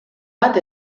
bat